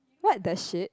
!what the shit!